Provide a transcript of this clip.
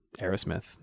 Aerosmith